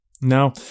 Now